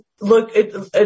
look